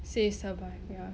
say survive ya